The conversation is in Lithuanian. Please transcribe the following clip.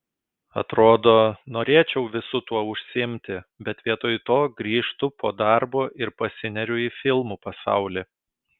atrodo norėčiau visu tuo užsiimti bet vietoj to grįžtu po darbo ir pasineriu į filmų pasaulį